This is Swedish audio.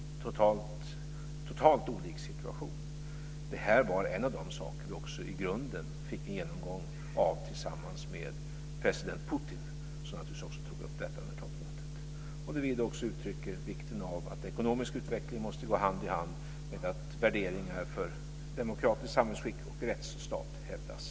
Det är en totalt olik situation. Det här var en av de saker som vi i grunden fick en genomgång av tillsammans med president Putin, som naturligtvis också tog upp detta under toppmötet. Där uttryckte vi också vikten av att ekonomisk utveckling måste gå hand i hand med att värderingen av ett demokratiskt samhällsskick och rättsstaten hävdas.